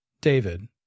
David